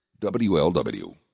WLW